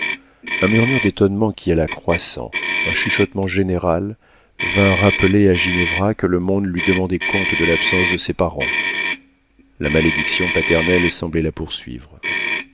un murmure d'étonnement qui alla croissant un chuchotement général vint rappeler à ginevra que le monde lui demandait compte de l'absence de ses parents la malédiction paternelle semblait la poursuivre